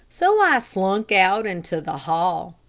so i slunk out into the hall.